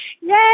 Yay